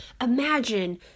imagine